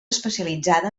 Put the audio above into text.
especialitzada